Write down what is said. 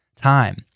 time